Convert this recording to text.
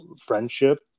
friendship